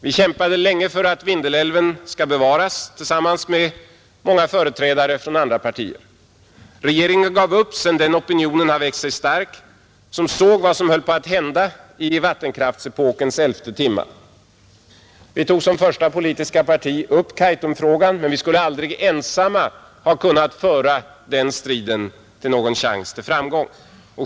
Vi kämpade länge, tillsammans med många företrädare för andra partier, för att Vindelälven skulle bevaras. Regeringen gav upp, sedan den opinion växt sig stark som såg vad som höll på att hända i vattenkraftepokens elfte timma. Vi tog som första politiska parti upp Kaitumfrågan. Men vi skulle aldrig ensamma ha kunnat föra den striden med någon chans till framgång.